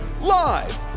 live